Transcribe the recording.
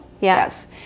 Yes